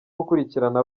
gukurikirana